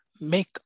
make